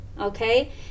Okay